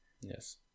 Yes